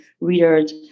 readers